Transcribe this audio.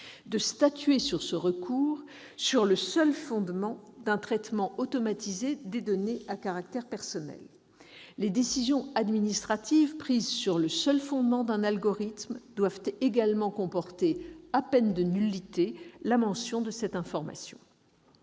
de statuer sur ce recours sur le seul fondement d'un traitement automatisé de données à caractère personnel. Les décisions administratives prises sur le seul fondement d'un algorithme doivent aussi comporter, à peine de nullité, la mention de cette information.